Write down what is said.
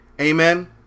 Amen